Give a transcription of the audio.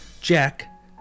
Jack